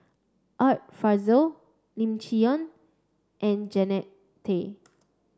Art Fazil Lim Chee Onn and Jannie Tay